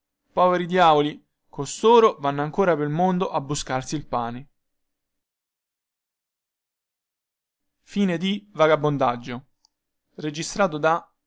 poveri diavoli costoro vanno ancora pel mondo a buscarsi il pane